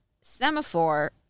Semaphore